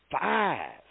five